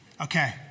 Okay